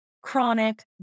chronic